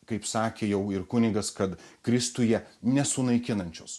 kaip sakė jau ir kunigas kad kristuje nesunaikinančios